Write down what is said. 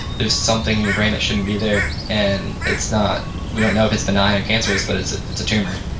there's something in your brain that shouldn't be there. and it's not. we don't know if it's benign or cancerous but it's ah it's a tumor.